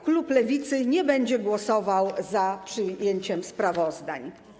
Klub Lewicy nie będzie głosował za przyjęciem sprawozdań.